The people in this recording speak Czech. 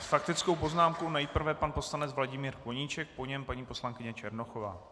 S faktickou poznámkou nejprve pan poslanec Vladimír Koníček, po něm paní poslankyně Černochová.